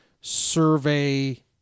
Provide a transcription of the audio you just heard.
survey